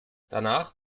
danach